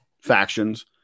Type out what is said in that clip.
Factions